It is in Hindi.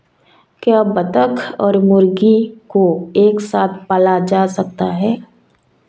क्या बत्तख और मुर्गी को एक साथ पाला जा सकता है?